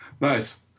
Nice